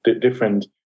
different